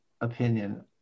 opinion